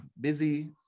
busy